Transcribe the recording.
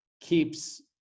keeps